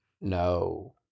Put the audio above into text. No